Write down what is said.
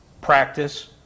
practice